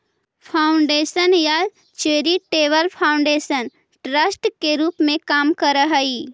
foundation या charitable foundation trust के रूप में काम करऽ हई